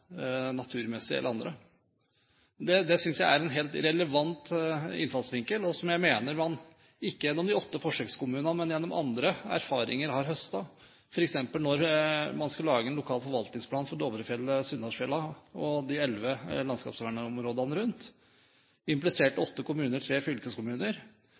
andre. Det synes jeg er en helt relevant innfallsvinkel, og noe jeg mener man ikke har fått til gjennom de åtte forsøkskommunene, men gjennom andre erfaringer man har høstet. For eksempel når man skal lage en lokal forvaltningsplan for Dovrefjell, Sunndalsfjellene og de elleve landskapsvernområdene rundt, impliserer det åtte kommuner og tre fylkeskommuner.